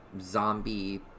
zombie